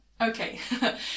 okay